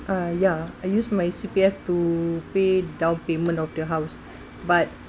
uh ya I use my C_P_F to pay down payment of the house but